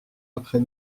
après